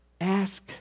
Ask